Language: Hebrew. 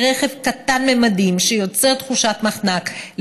ברכב קטן ממדים שיוצר תחושת מחנק,